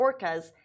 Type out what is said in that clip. orcas